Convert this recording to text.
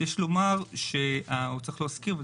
צריך להזכיר,